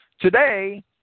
Today